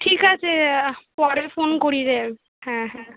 ঠিক আছে পরে ফোন করি রে হ্যাঁ হ্যাঁ